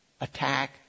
attack